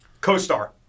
Co-star